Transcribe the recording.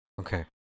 Okay